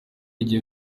igiye